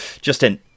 justin